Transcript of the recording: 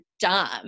dumb